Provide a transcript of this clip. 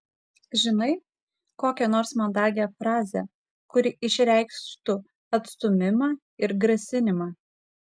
žinai kokią nors mandagią frazę kuri išreikštų atstūmimą ir grasinimą